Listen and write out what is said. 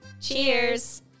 Cheers